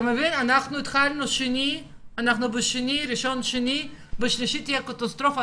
אנחנו התחלנו את הרבעון השני ובשלישי תהיה קטסטרופה.